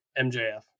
MJF